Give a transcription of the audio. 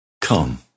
come